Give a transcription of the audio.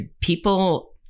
People